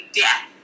death